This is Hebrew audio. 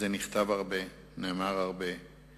נכתב ונאמר הרבה על זה.